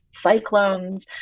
cyclones